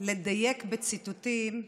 לדייק בציטוטים,